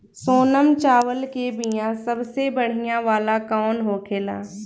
सोनम चावल के बीया सबसे बढ़िया वाला कौन होखेला?